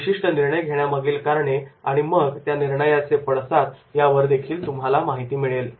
तो विशिष्ट निर्णय घेण्यामागील कारणे आणि मग त्या निर्णयाचे पडसाद यावर देखील तुम्हाला माहिती मिळेल